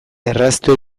erraztu